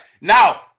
Now